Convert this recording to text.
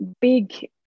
big